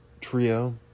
trio